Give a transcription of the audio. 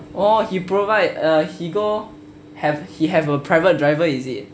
oh he provide he go have a private driver is it